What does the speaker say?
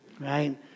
Right